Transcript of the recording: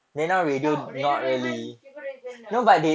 now radio don't even relevant lah